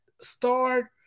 start